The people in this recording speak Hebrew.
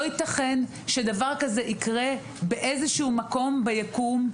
לא ייתכן שדבר כזה ייקרה באיזשהו מקום ביקום,